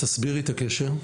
תסבירי את הקשר.